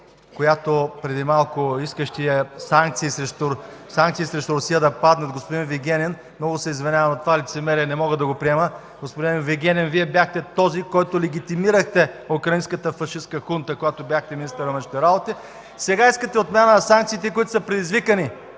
която, преди малко искащият да паднат санкциите срещу Русия... Господин Вигенин, много се извинявам, но това лицемерие не мога да го приема. Господин Вигенин, Вие бяхте този, който легитимира украинската фашистка хунта, когато бяхте министър на външните работи. Сега искате отмяна на санкциите, които са предизвикани